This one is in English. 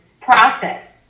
process